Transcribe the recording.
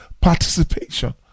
participation